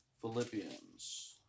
Philippians